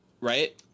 right